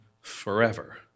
forever